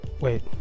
wait